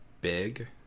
big